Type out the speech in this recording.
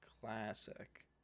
classic